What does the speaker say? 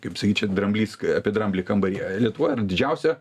kaip sakyt čia dramblys apie dramblį kambaryje lietuvoje yra didžiausia